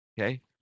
Okay